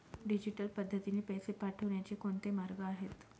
Digital पद्धतीने पैसे पाठवण्याचे कोणते मार्ग आहेत?